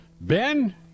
Ben